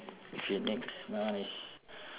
okay next nice